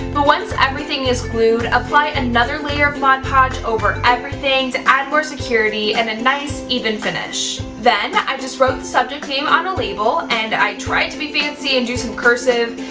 but once everything is glued, apply another layer of mod podge over everything to add more security and a nice, even finish. then, i just wrote the subject name on a label, and tried to be fancy and do some cursive,